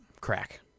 crack